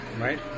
Right